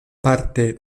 parte